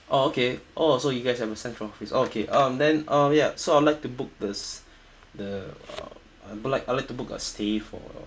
orh okay oh so you guys have a central office okay um then um ya so I'd like to book the the like I'll like to book a stay for uh